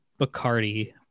Bacardi